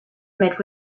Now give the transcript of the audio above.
met